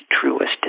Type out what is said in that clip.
truest